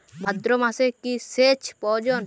ভাদ্রমাসে কি সেচ প্রয়োজন?